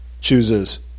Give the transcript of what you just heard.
chooses